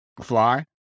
fly